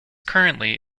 currently